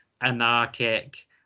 anarchic